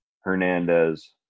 Hernandez